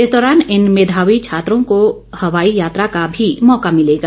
इस दौरान इन मेधावी छात्रों को हवाई यात्रा का भी मौका मिलेगा